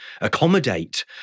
accommodate